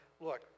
look